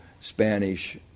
Spanish